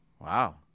Wow